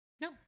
no